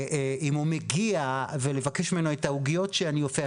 הוא מגיע ולבקש ממנו את העוגיות שאני אופה,